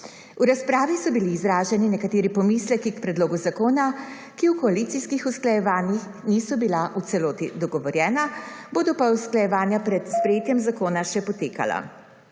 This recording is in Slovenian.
V razpravi so bili izraženi nekateri pomisleki k predlogu zakona, ki v koalicijskih usklajevanjih niso bila v celoti dogovorjena, bodo pa usklajevanja pred sprejetjem zakona še potekala.